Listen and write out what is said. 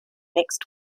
next